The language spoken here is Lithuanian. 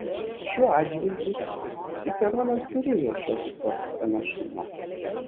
šiuo atžvilgiu ciceronas turėjo šiokį tokį pranašumą